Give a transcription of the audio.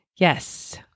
Yes